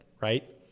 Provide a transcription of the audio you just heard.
right